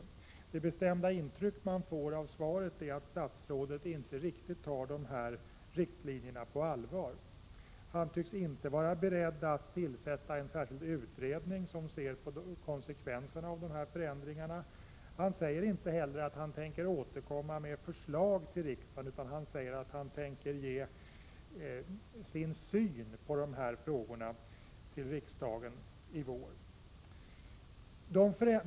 Det bestämda intryck man får av svaret är att statsrådet inte tar de här riktlinjerna riktigt på allvar. Han tycks inte vara beredd att tillsätta en särskild utredning som tittar närmare på konsekvenserna av de förändringarna. Han säger inte heller att han tänker återkomma med ett förslag till riksdagen, utan han säger att han tänker redovisa sin syn på de här frågorna för riksdagen i vår.